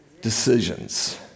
decisions